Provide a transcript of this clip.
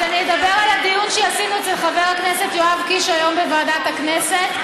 אז אני אדבר על הדיון שעשינו אצל חבר הכנסת יואב קיש היום בוועדת הכנסת.